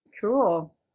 cool